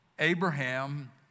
Abraham